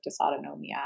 dysautonomia